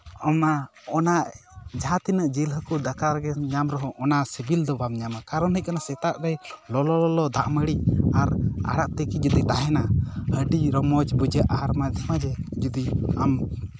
ᱚᱱᱟ ᱚᱱᱟ ᱡᱟᱦᱟᱸ ᱛᱤᱱᱟᱹᱜ ᱡᱤᱞ ᱦᱟᱹᱠᱩ ᱫᱟᱠᱟ ᱨᱮᱜᱮᱢ ᱧᱟᱢ ᱨᱮᱦᱚᱸ ᱚᱱᱟ ᱥᱤᱵᱤᱞ ᱫᱚ ᱵᱟᱢ ᱧᱟᱢᱟ ᱠᱟᱨᱚᱱ ᱦᱩᱭᱩᱜ ᱠᱟᱱᱟ ᱥᱮᱛᱟᱜ ᱨᱮ ᱞᱚᱞᱚ ᱞᱚᱞᱚ ᱫᱟᱜ ᱢᱟᱲᱹᱤ ᱟᱨ ᱟᱲᱟᱜ ᱛᱤᱠᱤ ᱡᱩᱫᱤ ᱛᱟᱦᱮᱱᱟ ᱟᱹᱰᱤ ᱨᱚᱢᱚᱡᱽ ᱵᱩᱡᱷᱟᱹᱜᱼᱟ ᱟᱨ ᱢᱟᱡᱷᱮ ᱢᱟᱡᱷᱮ ᱡᱩᱫᱤ ᱟᱢ